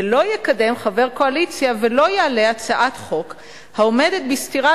ולא יקדם חבר קואליציה ולא יעלה הצעת חוק העומדת בסתירה